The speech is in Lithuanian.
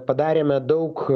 padarėme daug